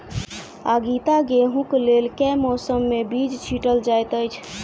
आगिता गेंहूँ कऽ लेल केँ मौसम मे बीज छिटल जाइत अछि?